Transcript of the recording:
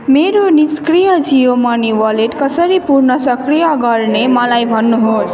मेरो निष्क्रिय Jio money wallet कसरी पुर्न सक्रिय गर्ने मलाई भन्नुहोस्